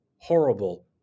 horrible